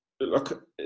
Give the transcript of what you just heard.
look